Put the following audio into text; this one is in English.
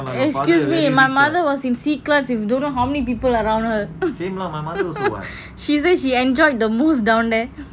excuse me my mother was in C class with don't know how many people around her she says she enjoyed the most down there